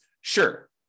Sure